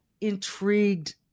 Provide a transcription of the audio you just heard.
intrigued